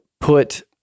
put